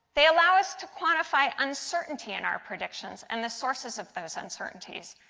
they allow us to quantify uncertainty in our predictions and the sources of those uncertainties.